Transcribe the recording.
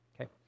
okay